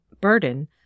burden